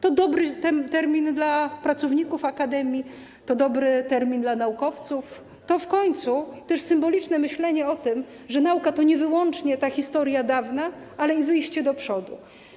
To dobry termin dla pracowników akademii, to dobry termin dla naukowców, to w końcu też symboliczne myślenie o tym, że nauka to nie wyłącznie ta historia dawna, ale i wyjście do przodu.